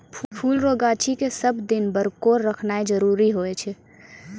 फुल रो गाछी के सब दिन बरकोर रखनाय जरूरी हुवै छै